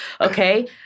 okay